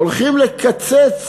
הולכים לקצץ